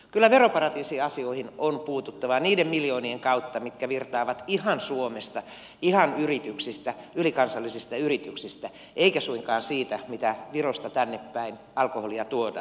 kyllä veroparatiisiasioihin on puututtava niiden miljoonien kautta mitkä virtaavat ihan suomesta ihan yrityksistä ylikansallisista yrityksistä eikä suinkaan siitä mitä virosta tännepäin alkoholia tuodaan